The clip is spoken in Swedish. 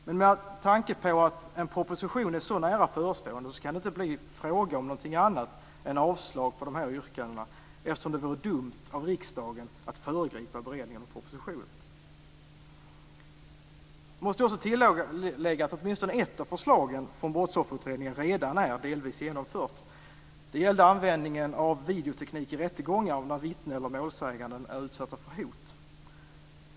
Men med tanke på att en proposition är så nära förestående kan det inte bli fråga om någonting annat än avslag på dessa yrkanden, eftersom det vore dumt av riksdagen att föregripa beredningen av propositionen. Jag måste tillägga att åtminstone ett av förslagen från Brottsofferutredningen redan är delvis genomfört. Det gällde användningen av videoteknik i rättegångar där vittnen eller målsägande är utsatta för hot.